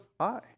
hi